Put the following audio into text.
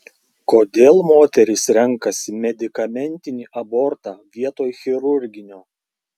kodėl moterys renkasi medikamentinį abortą vietoj chirurginio